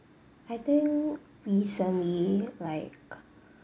I think recently like